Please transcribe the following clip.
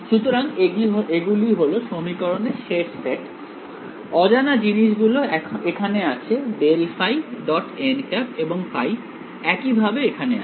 সুতরাং এগুলি হল সমীকরণের শেষ সেট অজানা জিনিস গুলি এখানে আছে ∇ϕ · এবং ϕ একই ভাবে এখানে আছে